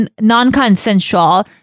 non-consensual